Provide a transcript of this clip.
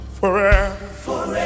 forever